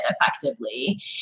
effectively